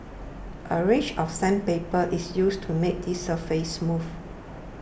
a range of sandpaper is used to make the surface smooth